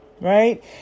Right